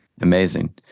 Amazing